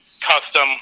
custom